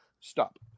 stop